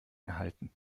erhalten